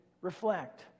Reflect